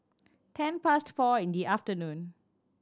ten past four in the afternoon